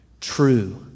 True